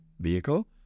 vehicle